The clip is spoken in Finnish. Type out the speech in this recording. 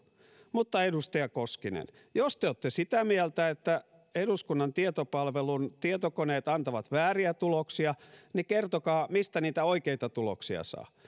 mutta edustaja koskinen jos te olette sitä mieltä että eduskunnan tietopalvelun tietokoneet antavat vääriä tuloksia niin kertokaa mistä niitä oikeita tuloksia saa